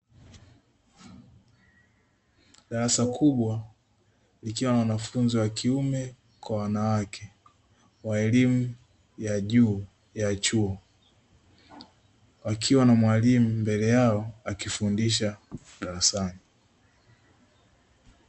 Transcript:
Darasa kubwa, likiwa na wanafunzi wa kiume kwa wanawake wa elimu ya juu ya chuo, wakiwa na mwalimu mbele yao akifundisha darasani.